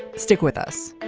stick with us